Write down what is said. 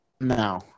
no